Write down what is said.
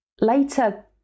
later